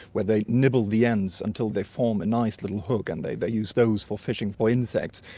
where they nibble the ends until they form a nice little hook and they they use those for fishing for insects.